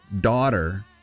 daughter